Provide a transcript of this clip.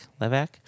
Levack